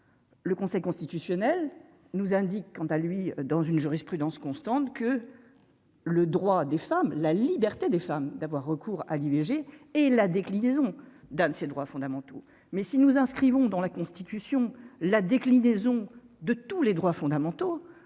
le Conseil constitutionnel nous indique quant à lui dans une jurisprudence constante que le droit des femmes, la liberté des femmes d'avoir recours à l'IVG et la déclinaison d'un de ses droits fondamentaux, mais si nous inscrivons dans la Constitution la déclinaison de tous les droits fondamentaux,